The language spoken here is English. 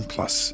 Plus